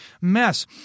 mess